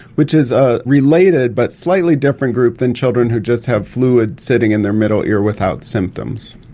which is a related but slightly different group than children who just have fluid sitting in their middle ear without symptoms.